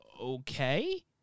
okay